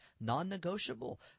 non-negotiable